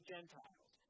Gentiles